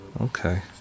Okay